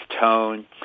tone